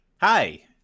Hi